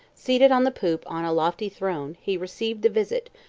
seated on the poop on a lofty throne, he received the visit,